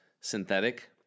synthetic